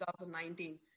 2019